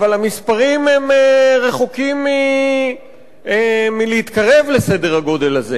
אבל המספרים רחוקים מלהתקרב לסדר-גודל כזה.